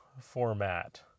format